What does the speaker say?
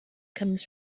comes